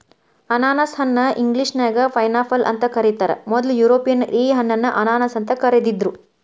ಅನಾನಸ ಹಣ್ಣ ಇಂಗ್ಲೇಷನ್ಯಾಗ ಪೈನ್ಆಪಲ್ ಅಂತ ಕರೇತಾರ, ಮೊದ್ಲ ಯುರೋಪಿಯನ್ನರ ಈ ಹಣ್ಣನ್ನ ಅನಾನಸ್ ಅಂತ ಕರಿದಿದ್ರು